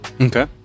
Okay